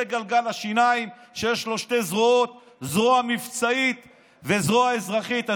זה גלגל השיניים שיש לו שתי זרועות: זרוע מבצעית וזרוע אזרחית.